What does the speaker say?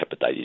hepatitis